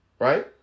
right